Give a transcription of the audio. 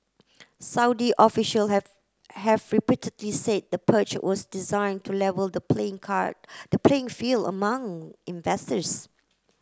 Saudi official have have repeatedly say the purge was designed to level the playing the playing field among investors